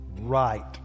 right